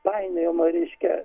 painiojama reiškia